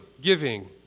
giving